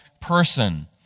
person